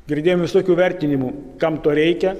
girdėjom visokių vertinimų kam to reikia